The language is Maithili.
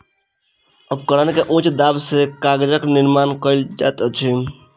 उपकरण के उच्च दाब सॅ कागजक निर्माण कयल जाइत अछि